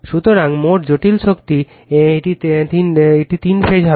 সুতরাং মোট জটিল শক্তি এটি তিন ফেজ হবে